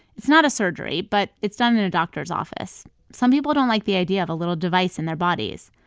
it's not a surgery, but it's done in a doctor's office. some people don't like the idea of a little device in their bodies,